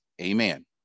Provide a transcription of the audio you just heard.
Amen